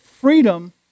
freedom